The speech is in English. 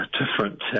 different